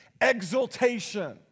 exultation